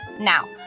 Now